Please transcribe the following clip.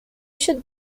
should